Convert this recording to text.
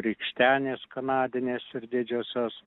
rykštenės kanadinės ir didžiosios